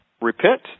repent